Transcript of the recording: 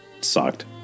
sucked